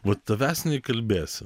vat tavęs neįkalbėsi